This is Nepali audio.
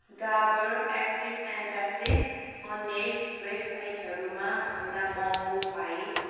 डाबर एक्टिभ एन्टासिड अन्यै वेबसाइटहरूमा भन्दा महँगो पाएँ